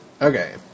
Okay